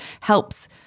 helps